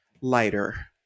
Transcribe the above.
lighter